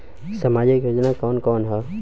सामाजिक योजना कवन कवन ह?